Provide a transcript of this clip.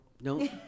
No